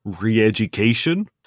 re-education